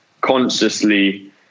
consciously